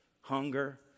hunger